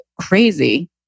crazy